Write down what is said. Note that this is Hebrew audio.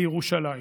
לירושלים.